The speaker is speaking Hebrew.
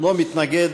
לא מתנגד